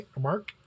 Mark